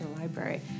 library